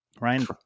Ryan